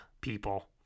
people